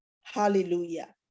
hallelujah